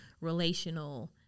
relational